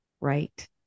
right